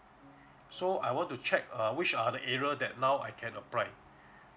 so I want to check uh which are the area that now I can apply